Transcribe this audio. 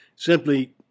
Simply